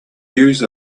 use